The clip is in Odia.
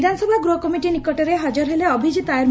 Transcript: ବିଧାନସଭା ଗୃହକମିଟି ନିକଟରେ ହାଜର ହେଲେ ଅଭିଜିତ ଆୟାର